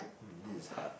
this is hard